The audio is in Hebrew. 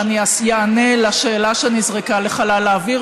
אבל אני אענה לשאלה שנזרקה לחלל האוויר